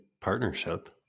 partnership